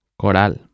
coral